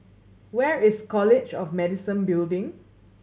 where is College of Medicine Building